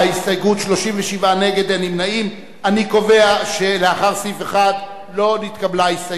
ההסתייגות (5) של קבוצת סיעת מרצ לאחרי סעיף 1 לא נתקבלה.